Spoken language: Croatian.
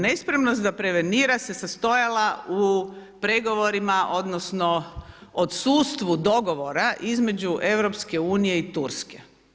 Nespremnost da se prevenira se sastojala u pregovorima odnosno odsustvu dogovora između EU i Turske.